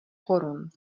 korun